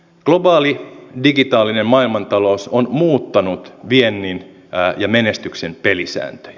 globaali digitaalinen maailmantalous on muuttanut viennin ja menestyksen pelisääntöjä